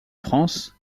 france